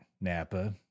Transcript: Napa